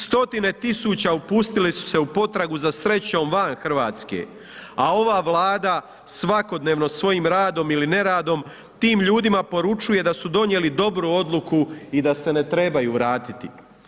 Stotine tisuća upustili su se u potragu za srećom van Hrvatske a ova Vlada svakodnevno svojim radom ili neradom tim ljudima poručuje da su donijeli dobru odluku i da se ne trebaju vratiti.